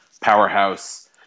powerhouse